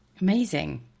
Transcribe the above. Amazing